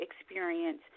experience